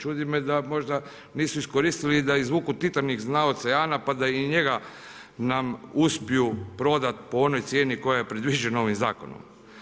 Čudi me da možda nisu iskoristili da izvuku Titanik s dna oceana pa da i njega nam uspiju prodat po onoj cijeni koja je predviđena ovim zakonom.